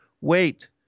Wait